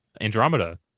Andromeda